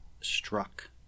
struck